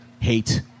hate –